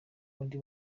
undi